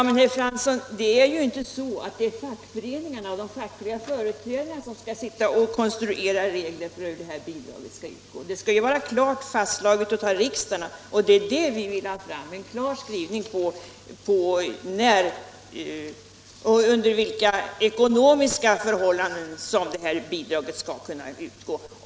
Herr talman! Det är ju, herr Fransson, inte de fackliga företrädarna som skall sitta och konstruera regler för hur det här bidraget skall utgå, utan det skall vara klart fastslaget av riksdagen. Vi vill ha en skrivning som klargör under vilka ekonomiska förhållanden bidraget skall kunna utgå.